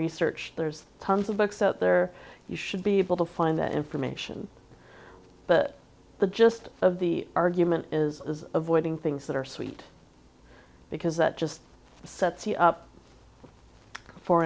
research there's tons of books out there you should be able to find that information but the gist of the argument is avoiding things that are sweet because that just sets you up for